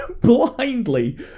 blindly